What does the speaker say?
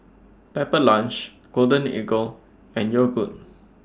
Pepper Lunch Golden Eagle and Yogood